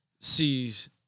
sees